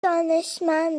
دانشمند